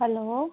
hello